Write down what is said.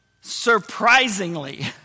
surprisingly